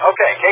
Okay